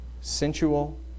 sensual